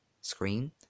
screen